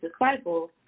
disciples